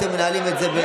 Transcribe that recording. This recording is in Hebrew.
אתם מנהלים את זה,